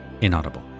inaudible